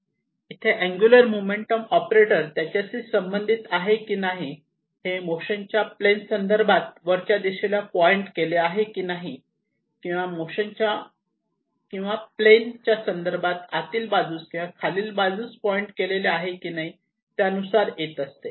इथे angular momentum operator त्याच्याशी संबंधित आहे की नाही हे मोशनच्या प्लेन संदर्भात वरच्या दिशेला पॉईंट केलेले आहे की नाही किंवा मोशनच्या प्लेन संदर्भात आतील बाजूस किंवा खालील बाजूस पॉईंट केलेले आहे की नाही त्यानुसार येत असते